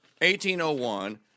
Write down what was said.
1801